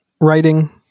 writing